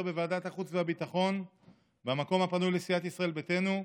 בוועדת החוץ והביטחון במקום הפנוי לסיעת ישראל ביתנו.